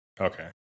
Okay